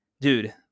dude